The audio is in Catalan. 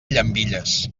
llambilles